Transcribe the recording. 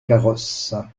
carrosse